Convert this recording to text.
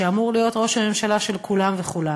שאמור להיות ראש הממשלה של כולן וכולם,